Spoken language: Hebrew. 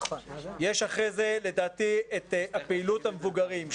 אחרי זה יש פעילות מבוגרים,